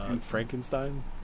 Frankenstein